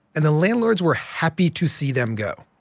and the landlords were happy to see them go.